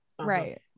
right